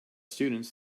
students